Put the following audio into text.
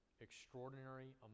extraordinary